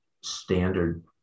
standard